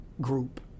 group